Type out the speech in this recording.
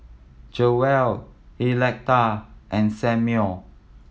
Jewell Electa and Samuel